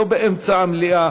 לא באמצע המליאה.